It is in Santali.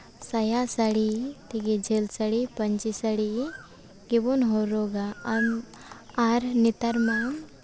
ᱥᱟᱭᱟ ᱥᱟᱹᱲᱤ ᱛᱮᱜᱮ ᱡᱷᱟᱹᱞ ᱥᱟᱹᱲᱤ ᱯᱟᱹᱧᱪᱤ ᱥᱟᱹᱲᱤ ᱜᱮᱵᱚᱱ ᱦᱚᱨᱚᱜᱟ ᱟᱨ ᱟᱨ ᱱᱮᱛᱟᱨ ᱢᱟ